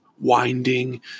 winding